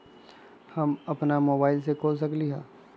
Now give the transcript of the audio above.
हम अपना मोबाइल से खोल सकली ह?